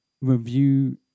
review